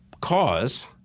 cause